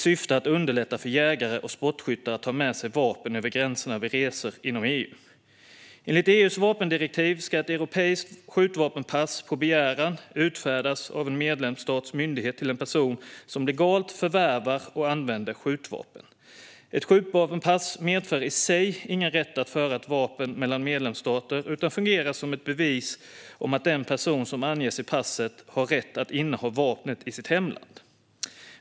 Syftet är att underlätta för jägare och sportskyttar att ta med sig vapen över gränserna vid resor inom EU. Enligt EU:s vapendirektiv ska ett europeiskt skjutvapenpass på begäran utfärdas av en medlemsstats myndighet till en person som legalt förvärvar och använder skjutvapen. Ett skjutvapenpass medför i sig ingen rätt att föra ett vapen mellan medlemsstater utan fungerar som ett bevis på att den person som anges i passet har rätt att inneha vapnet i sitt hemland.